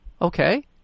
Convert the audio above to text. okay